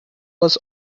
was